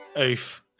Oof